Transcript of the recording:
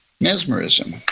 Mesmerism